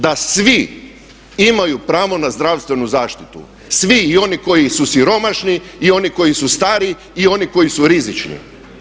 Da svi imaju pravo na zdravstvenu zaštitu, svi i oni koji su siromašni i oni koji su stari i oni koji su rizični.